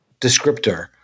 descriptor